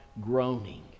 groaning